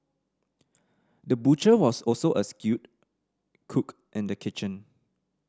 the butcher was also a skilled cook in the kitchen